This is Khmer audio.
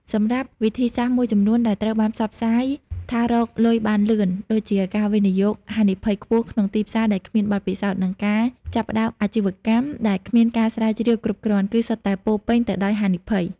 សម្រាប់វិធីសាស្ត្រមួយចំនួនដែលត្រូវបានផ្សព្វផ្សាយថារកលុយបានលឿន ដូចជាការវិនិយោគហានិភ័យខ្ពស់ក្នុងទីផ្សារដែលគ្មានបទពិសោធន៍ និងការចាប់ផ្តើមអាជីវកម្មដែលគ្មានការស្រាវជ្រាវគ្រប់គ្រាន់ គឺសុទ្ធតែពោរពេញទៅដោយហានិភ័យ។